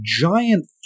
giant